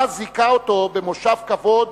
מה זיכה אותו במושב כבוד